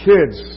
Kids